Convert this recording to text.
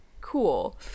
Cool